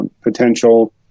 potential